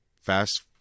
fast